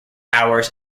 hours